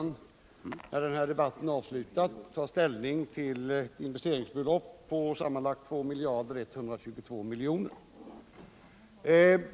När den här debatten avslutats skall riksdagen ta ställning till investeringsbelopp på sammanlagt 2 122 000 000 kr.